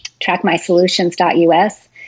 TrackMySolutions.us